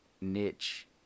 niche